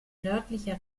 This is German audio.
nördlicher